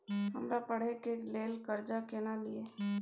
हमरा पढ़े के लेल कर्जा केना लिए?